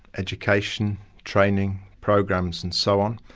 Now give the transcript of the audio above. education, training programs and so on.